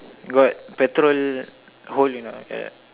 got petrol hole you know the